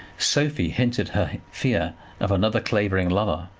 sophie hinted her fear of another clavering lover.